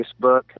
Facebook